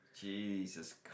Jesus